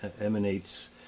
emanates